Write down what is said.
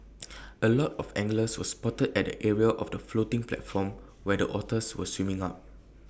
A lot of anglers were spotted at the area of the floating platform where the otters were swimming up